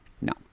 No